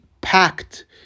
packed